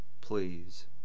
please